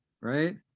right